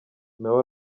nawe